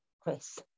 Chris